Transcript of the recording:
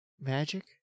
Magic